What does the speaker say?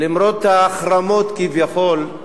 למרות ההחרמות כביכול,